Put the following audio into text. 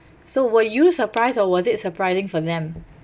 so were you surprised or was it surprising for them